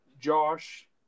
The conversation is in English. Josh